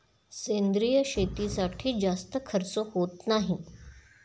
सेंद्रिय शेतीसाठी जास्त खर्च होत नाही